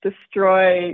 destroy